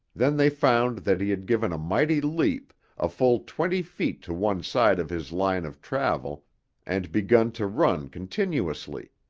then they found that he had given a mighty leap a full twenty feet to one side of his line of travel and begun to run continuously.